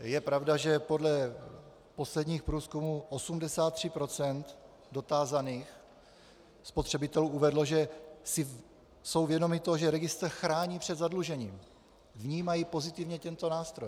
Je pravda, že podle posledních průzkumů 83 % dotázaných spotřebitelů uvedlo, že jsou si vědomi toho, že registr chrání před zadlužením, vnímají pozitivně tento nástroj.